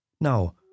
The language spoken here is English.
Now